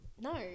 No